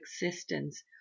existence